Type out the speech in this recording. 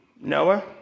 Noah